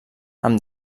amb